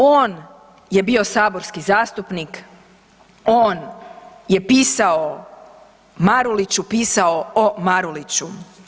On je bio saborski zastupnik, on je pisao, Maruliću pisao o Maruliću.